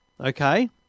okay